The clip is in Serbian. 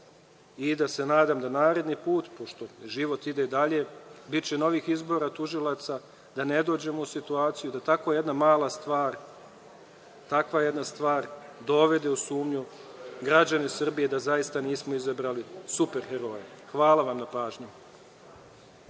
nadam se da naredni put, pošto život ide dalje, biće novih izbora tužilaca, da ne dođemo u situaciju da tako jedna mala stvar, takva jedna stvar dovede u sumnju građane Srbije da zaista nismo izabrali super heroje. Hvala vam na pažnji.